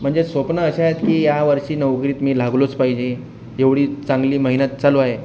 म्हणजे स्वप्नं अशी आहेत की यावर्षी नोकरीत मी लागलोच पाहिजे एवढी चांगली मेहनत चालू आहे